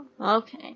Okay